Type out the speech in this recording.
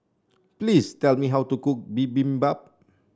please tell me how to cook Bibimbap